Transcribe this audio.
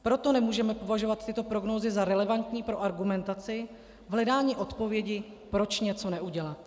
Proto nemůžeme považovat tyto prognózy za relevantní pro argumentaci v hledání odpovědi, proč něco neudělat.